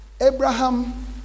abraham